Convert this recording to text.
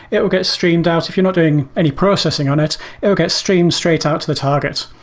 it will get streamed out. if you're not doing any processing on it, it will get streamed straight out to the target.